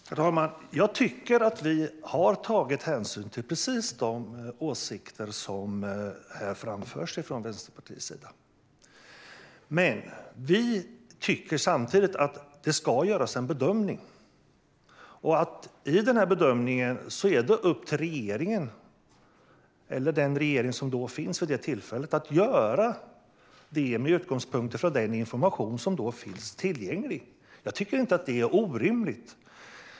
Herr talman! Jag tycker att vi har tagit hänsyn till precis de åsikter som Vänsterpartiet framför. Men vi tycker samtidigt att det ska göras en bedömning, och denna bedömning är det upp till aktuell regering att göra med utgångspunkt i den information som då finns tillgänglig. Jag tycker inte att det är orimligt.